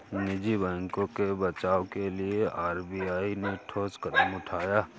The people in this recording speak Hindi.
निजी बैंकों के बचाव के लिए आर.बी.आई ने ठोस कदम उठाए